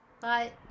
Bye